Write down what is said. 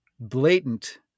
blatant